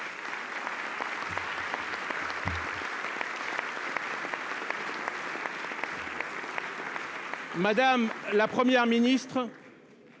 Madame la Première ministre,